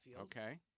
Okay